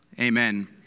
Amen